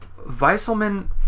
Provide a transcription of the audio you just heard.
Weisselman